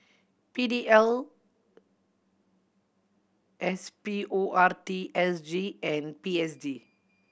P D L S P O R T S G and P S D